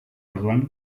orduan